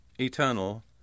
eternal